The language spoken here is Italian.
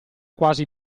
quasi